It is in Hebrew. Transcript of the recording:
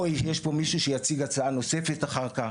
או יש פה מישהו שיציג הצעה נוספת אחר כך,